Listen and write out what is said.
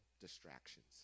distractions